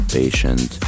patient